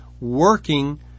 working